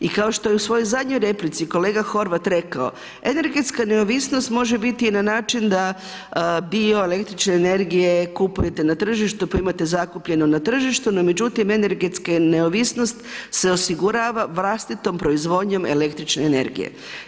I kao što je u svojoj zadnjoj replici kolega Horvat rekao, energetska neovisnost može biti na način da dio električne energije kupujete na tržištu pa imate zakupljeno na tržištu no međutim energetska neovisnost se osigurava vlastitom proizvodnjom električne energije.